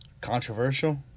controversial